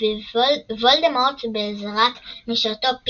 וולדמורט בעזרת משרתו,